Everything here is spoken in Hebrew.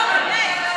לא, לא, באמת.